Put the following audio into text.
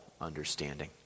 understanding